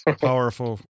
Powerful